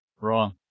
Wrong